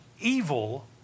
evil